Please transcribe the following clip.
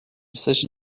s’agit